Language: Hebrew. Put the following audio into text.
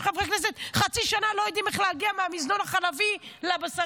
יש חברי כנסת שחצי שנה לא יודעים איך להגיע מהמזנון החלבי לבשרי.